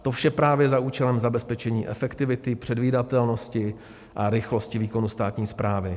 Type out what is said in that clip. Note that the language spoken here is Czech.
To vše právě za účelem zabezpečení efektivity, předvídatelnosti a rychlosti výkonu státní správy.